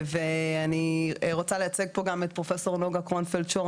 אני רוצה לייצג פה גם את פרופסור נגה קרונפלד שור,